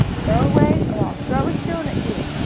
go away or i'll throw a stone at you.